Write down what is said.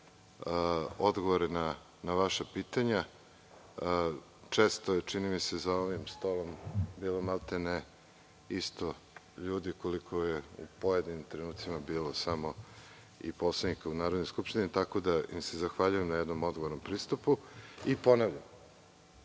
odgovore na vaša pitanja. Često je čini mi se za ovim stolom bilo maltene isto ljudi koliko je u pojedinim trenucima bilo i poslanika u Narodnoj skupštini, tako da im se zahvaljujem na jednom odgovornom pristupu. Ovde